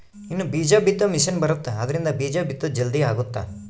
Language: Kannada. ಇನ್ನ ಬೀಜ ಬಿತ್ತೊ ಮಿಸೆನ್ ಬರುತ್ತ ಆದ್ರಿಂದ ಬೀಜ ಬಿತ್ತೊದು ಜಲ್ದೀ ಅಗುತ್ತ